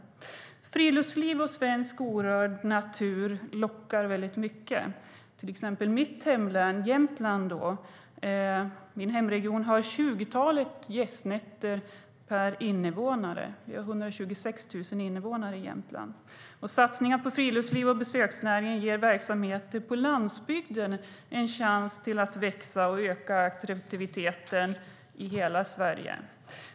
Friluftsliv och svensk orörd natur lockar väldigt mycket. Till exempel har mitt hemlän, Jämtland, ett tjugotal gästnätter per invånare. Det är 126 000 invånare i Jämtland. Satsningar på friluftslivet och besöksnäringen ger verksamheter på landsbygden i hela Sverige en chans att växa och öka kreativiteten.